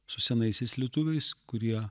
su senaisiais lietuviais kurie